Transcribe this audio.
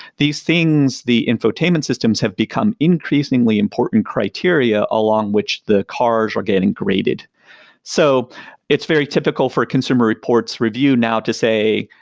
these things, the infotainment systems have become increasingly important criteria along which the cars are getting graded so it's very typical for consumer reports review now to say,